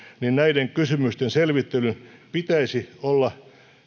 niin näiden kysymysten selvittelyn pitäisi olla